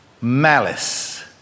malice